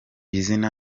izina